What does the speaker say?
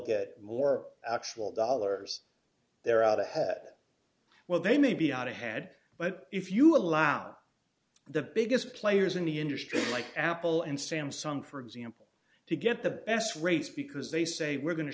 get more actual dollars they're out ahead well they may be out ahead but if you allow the biggest players in the industry like apple and samsung for example to get the best rates because they say we're go